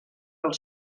del